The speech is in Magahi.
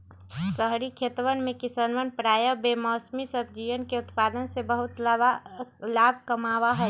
शहरी खेतवन में किसवन प्रायः बेमौसमी सब्जियन के उत्पादन से बहुत लाभ कमावा हई